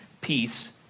Peace